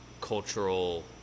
cultural